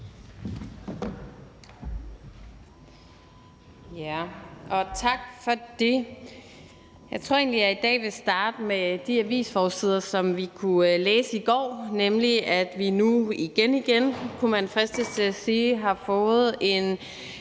Tak for det. Jeg tror egentlig, jeg i dag vil starte med de avisforsider, som vi kunne læse i går, nemlig at vi nu igen igen, kunne man fristes til at sige, har fået en